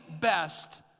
best